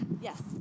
Yes